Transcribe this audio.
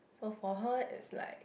so for her is like